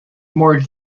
more